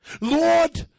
Lord